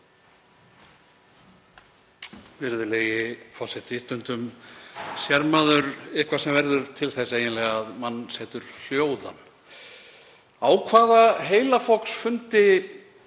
Virðulegi forseti. Stundum sér maður eitthvað sem verður til þess eiginlega að mann setur hljóðan. Á hvaða heilafoksfundi